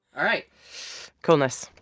all right coolness.